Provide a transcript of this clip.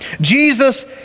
Jesus